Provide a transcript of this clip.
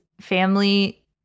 Family